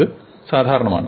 ഇത് വളരെ സാധാരണമാണ്